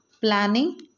Planning